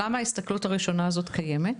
למה ההסתכלות הראשונה הזו קיימת?